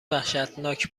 وحشتناک